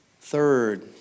Third